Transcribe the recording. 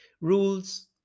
rules